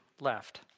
left